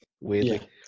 Weirdly